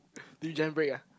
then you jam break ah